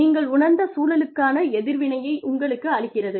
நீங்கள் உணர்ந்த சூழளுக்கான எதிர்வினையை உங்களுக்கு அளிக்கிறது